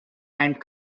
and